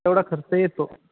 तेवढा खर्च येतो